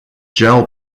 gel